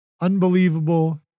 unbelievable